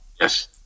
Yes